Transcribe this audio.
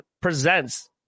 Presents